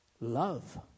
Love